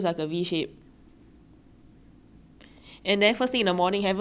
and then first thing in the morning haven't haven't eat or drink anything yet ha